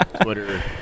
Twitter